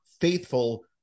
faithful